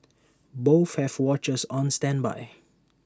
both have watchers on standby